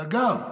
ואגב,